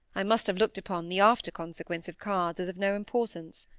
i must have looked upon the after consequence of cards as of no importance.